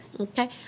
Okay